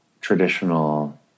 traditional